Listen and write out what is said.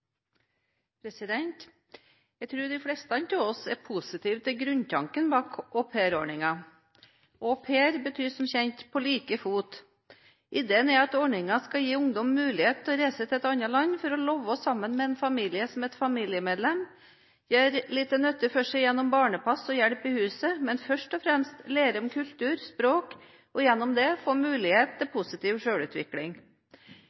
Jeg tror de fleste av oss er positive til grunntanken bak aupairordningen. Au pair betyr som kjent på like fot. Ideen er at ordningen skal gi ungdom mulighet til å reise til et annet land for å leve sammen med en familie som et familiemedlem, gjøre nytte for seg gjennom barnepass og hjelp i huset, men først og fremst lære om kulturen og språket og gjennom dette få mulighet til